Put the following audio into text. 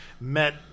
met